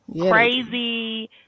crazy